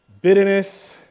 bitterness